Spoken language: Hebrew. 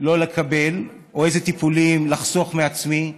לא לקבל או איזה טיפולים לחסוך מעצמי,